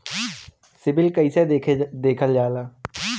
CIBIL कैसे देखल जाला?